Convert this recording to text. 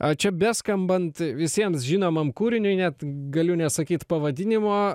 a čia beskambant visiems žinomam kūriniui net galiu nesakyt pavadinimo